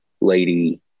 lady